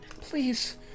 Please